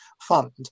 fund